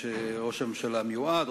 ראש הממשלה המיועד,